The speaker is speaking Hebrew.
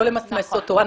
לא למסמס אותו.